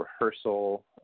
rehearsal